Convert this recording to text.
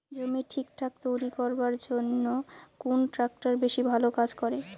জমি ঠিকঠাক তৈরি করিবার জইন্যে কুন ট্রাক্টর বেশি ভালো কাজ করে?